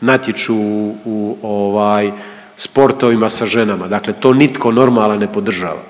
natječu u ovaj sportovima sa ženama, dakle to nitko normalan ne podržava